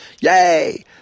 Yay